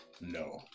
No